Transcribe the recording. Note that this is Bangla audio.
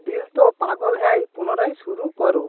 দিল তো পাগল হ্যায় পুনরায় শুরু করো